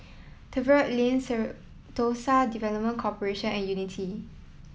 Tiverton Lane Sentosa Development Corporation and Unity